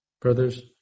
Brothers